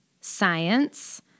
science